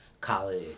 college